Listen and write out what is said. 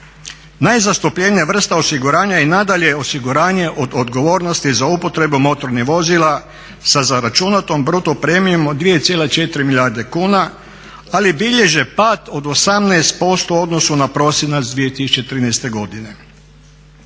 Najzastupljenija vrsta osiguranja je i nadalje osiguranje od odgovornosti za upotrebu motornih vozila sa zaračunatom bruto premijom od 2,4 milijarde kuna ali bilježe pad od 18% u odnosu na prosinac 2013. godine.